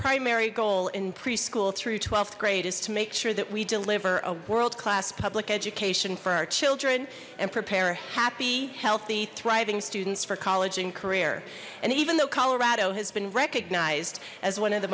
primary goal in preschool through th grade is to make sure that we deliver a world class public education for our children and prepare happy healthy thriving students for college and career and even though colorado has been recognized as one of the